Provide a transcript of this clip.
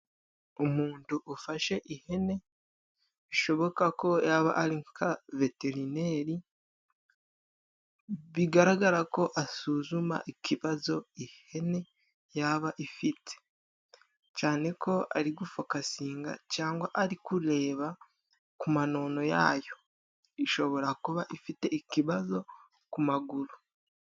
Umuntu ufashe ihene, bishoboka ko yaba ari nka veterineri. Bigaragara ko asuzuma ikibazo ihene yaba ifite, cyane ko ari gufokasinga cyangwa ari kureba ku manono yayo. Ishobora kuba ifite ikibazo ku maguru.